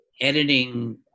editing